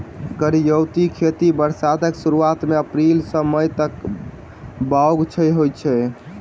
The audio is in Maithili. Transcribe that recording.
करियौती खेती बरसातक सुरुआत मे अप्रैल सँ मई तक बाउग होइ छै